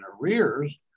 arrears